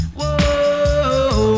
Whoa